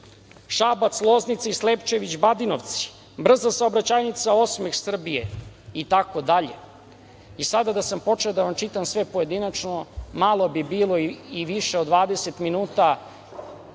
Šabac-Loznica i Slepčević-Badinovci, brza saobraćajnica „Osmeh Srbije“ itd. Sada da sam počeo da vam čitam sve pojedinačno malo bi bilo i više od 20 minuta